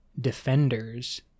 defenders